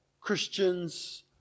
Christians